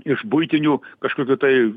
iš buitinių kažkokių tai